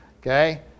Okay